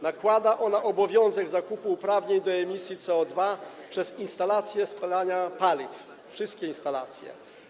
Nakłada ona obowiązek zakupu uprawnień do emisji CO2 przez instalacje spalania paliw, wszystkie instalacje.